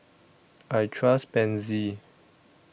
I Trust Pansy